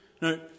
No